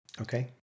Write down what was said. Okay